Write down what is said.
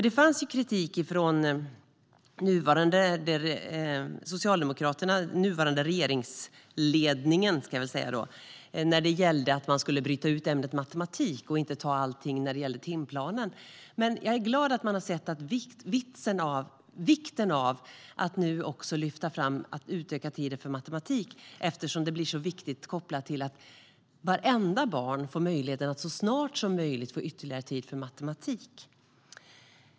Det fanns kritik från nuvarande regeringsledning mot att bryta ut ämnet matematik och inte ta allt i timplanen. Jag är glad att man har insett vikten av att nu lyfta fram och utöka tiden för matematik. Det är så viktigt att vartenda barn så snart som möjligt får ytterligare tid för matematik.